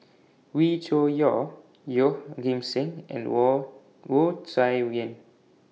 Wee Cho Yaw Yeoh Ghim Seng and Wu Wu Tsai Yen